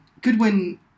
Goodwin